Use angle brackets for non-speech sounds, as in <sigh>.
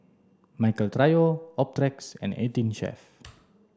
Michael Trio Optrex and eighteenChef <noise>